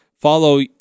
follow